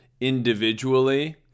individually